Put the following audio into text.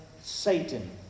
Satan